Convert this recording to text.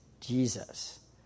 Jesus